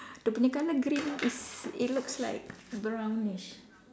dia punya colour green is it looks like brownish